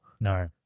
No